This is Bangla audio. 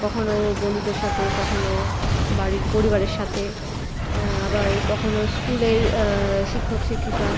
কখনো বন্ধুদের সাথে কখনো বাড়ির পরিবারের সাথে আবার কখনো স্কুলের শিক্ষক শিক্ষিকা